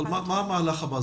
אבל מה המהלך הבא?